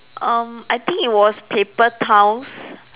um I think it was paper towns